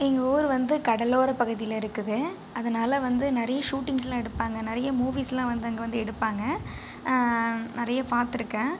எங்கள் ஊர் வந்து கடலோர பகுதியில் இருக்குது அதனால வந்து நிறைய ஷூட்டிங்ஸ்லாம் எடுப்பாங்க நிறைய மூவிஸ்லாம் வந்து அங்கே வந்து எடுப்பாங்க நிறைய பார்த்துருக்கேன்